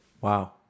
Wow